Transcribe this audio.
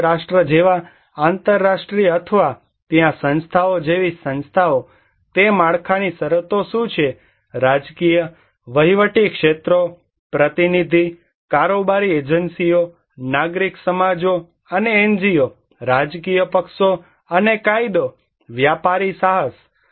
સંયુક્ત રાષ્ટ્ર જેવા આંતરરાષ્ટ્રીય અથવા ત્યાં સંસ્થાઓ જેવી સંસ્થાઓ તે માળખાની શરતો શું છે રાજકીય વહીવટી ક્ષેત્રો પ્રતિનિધિ કારોબારી એજન્સીઓ નાગરિક સમાજો અને એનજીઓ રાજકીય પક્ષો અને કાયદો વ્યાપારી સાહસ